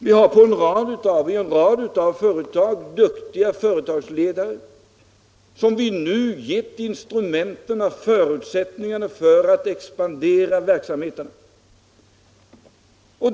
Vi har på en rad företag duktiga företagsledare som vi nu har givit instrumenten och förutsättningarna för att de skall kunna låta verksamheten expandera.